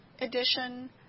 edition